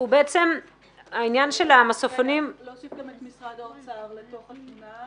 אני מבקשת להוסיף גם את משרד האוצר לתמונה.